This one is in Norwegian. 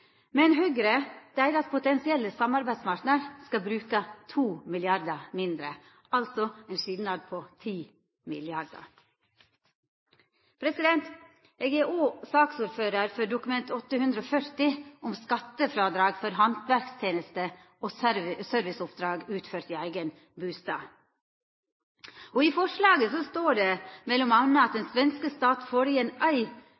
potensielle samarbeidspartnar, skal bruka 2 mrd. kr mindre – altså ein skilnad på 10 mrd. kr. Eg er saksordførar for Dokument nr. 8:140 om skattefrådrag for handverkstenester og serviceoppdrag utført i eigen bustad. I forslaget står det m.a. at